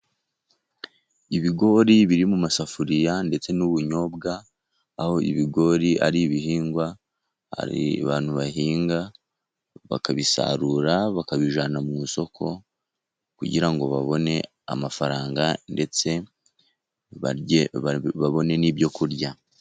Ibigori biri mu masafuriya ndetse n'ubunyobwa, aho ibigori ari ibihingwa abantu bahinga bakabisarura bakabijyana mu isoko, kugira ngo babone amafaranga ndetse barye babone n'ibyo kurya.